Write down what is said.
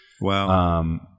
Wow